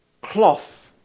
cloth